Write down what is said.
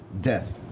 Death